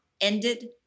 ended